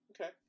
Okay